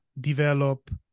develop